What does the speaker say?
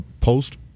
Post